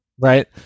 Right